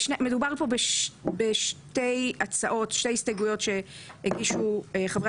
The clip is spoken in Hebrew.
מדובר פה בשתי הסתייגויות שהגישו חברי